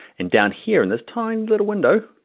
and down here in this tiny little window,